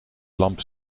lamp